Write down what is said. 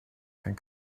kein